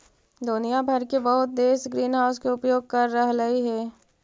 दुनिया भर के बहुत देश ग्रीनहाउस के उपयोग कर रहलई हे